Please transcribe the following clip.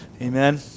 amen